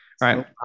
right